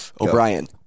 O'Brien